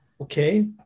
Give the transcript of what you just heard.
Okay